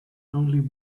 only